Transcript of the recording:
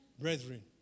brethren